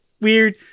weird